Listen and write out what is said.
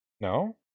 No